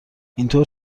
اینطور